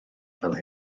fel